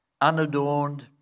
unadorned